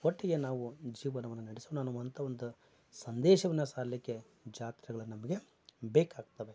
ಒಟ್ಟಿಗೆ ನಾವು ಜೀವನವನ್ನ ನಡೆಸೋಣ ಅನ್ನುವಂಥ ಒಂದು ಸಂದೇಶವನ್ನ ಸಾರಲಿಕ್ಕೆ ಜಾತ್ರೆಗಳು ನಮಗೆ ಬೇಕಾಗ್ತವೆ